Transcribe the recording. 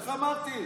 איך אמרתי,